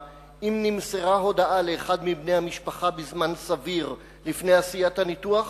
אם נמסרה הודעה לאחד מבני המשפחה בזמן סביר לפני עשיית הניתוח,